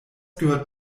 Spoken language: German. gehört